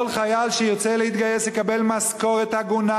כל חייל שירצה להתגייס יקבל משכורת הגונה